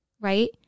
right